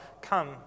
come